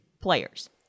players